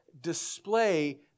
display